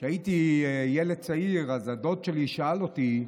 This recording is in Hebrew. כשהייתי ילד צעיר, הדוד שלי שאל אותי: